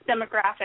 demographic